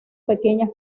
pequeñas